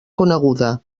coneguda